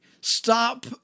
Stop